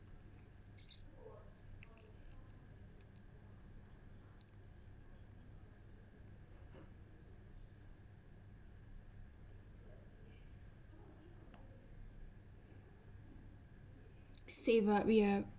save up ya